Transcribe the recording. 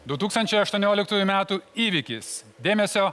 du tūkstančiai aštuonioliktųjų metų įvykis dėmesio